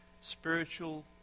spiritual